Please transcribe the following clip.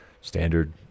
standard